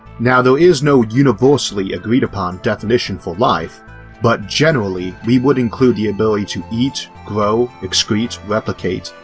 now there is no universally agreed upon definition for life but generally we would include the ability to eat, grow, excrete, replicate,